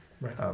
Right